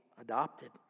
adopted